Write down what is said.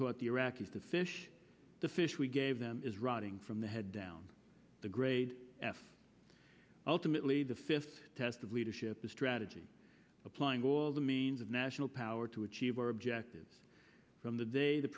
taught the iraqis to fish the fish we gave them is rotting from the head down the grade f ultimately the fifth test of leadership a strategy applying all the means of national power to achieve our objectives from the day the